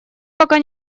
пока